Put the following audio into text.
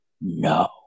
No